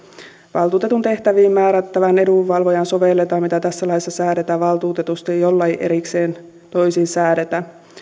valtuutetun tehtäviin määrättävään edunvalvojaan sovelletaan mitä tässä laissa säädetään valtuutetusta jollei erikseen toisin säädetä